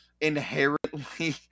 inherently